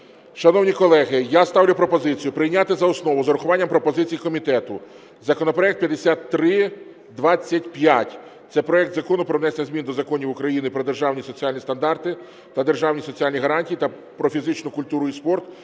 Шановні колеги, я ставлю пропозицію прийняти за основу з врахуванням пропозицій комітету законопроект 5325. Це проект Закону про внесення змін до Законів України "Про державні соціальні стандарти та державні соціальні гарантії" та "Про фізичну культуру і спорт"